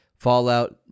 Fallout